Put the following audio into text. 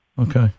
Okay